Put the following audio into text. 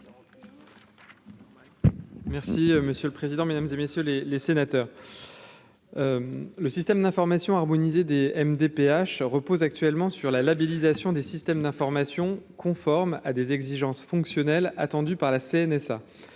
Merci monsieur le président, Mesdames et messieurs les les sénateurs. Le système d'information harmoniser des MDPH repose actuellement sur la labellisation des systèmes d'information conforme à des exigences fonctionnelles attendu par la CNSA